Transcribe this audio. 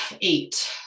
Eight